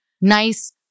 nice